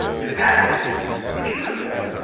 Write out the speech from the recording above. that that is beautiful,